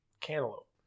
Cantaloupe